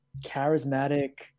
charismatic